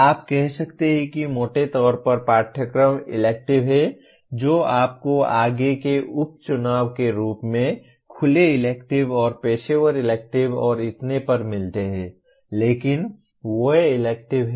आप कह सकते हैं कि मोटे तौर पर पाठ्यक्रम इलेक्टिव हैं जो आपको आगे के उप चुनावों के रूप में खुले इलेक्टिव और पेशेवर इलेक्टिव और इतने पर मिलते हैं लेकिन वे इलेक्टिव हैं